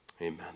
Amen